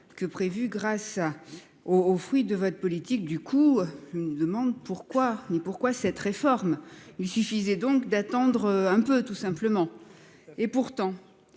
que prévu grâce. Au au fruit de votre politique. Du coup, une demande pourquoi, mais pourquoi cette réforme. Il suffisait donc d'attendre un peu, tout simplement. Et pourtant,